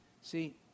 See